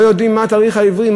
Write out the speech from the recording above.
הם לא יודעים מה התאריך העברי,